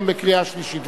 גם קריאה שלישית.